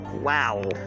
wow